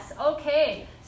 okay